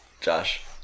Josh